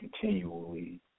continually